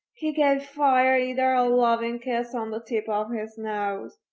he gave fire eater loving kiss on the tip of his nose.